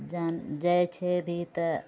जानि जाइ छै भी तऽ